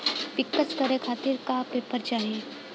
पिक्कस करे खातिर का का पेपर चाही?